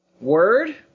Word